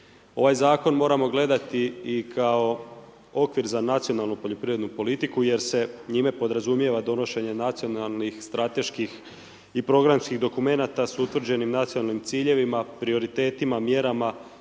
Ovaj zakon moramo gledati i kao okvir za nacionalnu poljoprivrednu politiku, jer se njime podrazumijeva donošenje nacionalnih strateških i programskih dokumenata s utvrđenim nacionalnim ciljevima, prioritetima, mjerama